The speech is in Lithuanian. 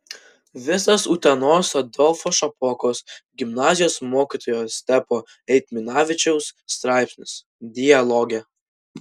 visas utenos adolfo šapokos gimnazijos mokytojo stepo eitminavičiaus straipsnis dialoge